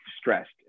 stressed